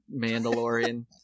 Mandalorian